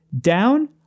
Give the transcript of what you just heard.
Down